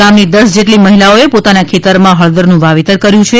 ગામની દસ જેટલી મહિલાઓએ પોતાના ખેતરમાં હળદરનું વાવેતર કર્યું છે